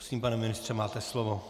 Prosím, pane ministře, máte slovo.